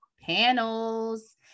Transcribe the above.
panels